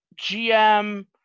GM